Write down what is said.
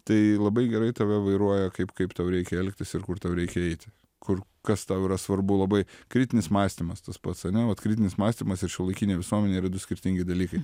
tai labai gerai tave vairuoja kaip kaip tau reikia elgtis ir kur tau reikia eiti kur kas tau yra svarbu labai kritinis mąstymas tas pats ane vat kritinis mąstymas ir šiuolaikinė visuomenė yra du skirtingi dalykai